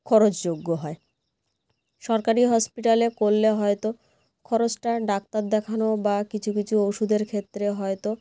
খরচযোগ্য হয় সরকারি হসপিটালে করলে হয়তো খরচটা ডাক্তার দেখানো বা কিছু কিছু ওষুধের ক্ষেত্রে হয়তো